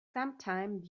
sometime